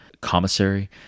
commissary